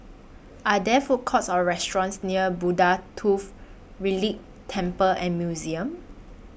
Are There Food Courts Or restaurants near Buddha Tooth Relic Temple and Museum